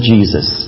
Jesus